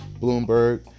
Bloomberg